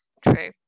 True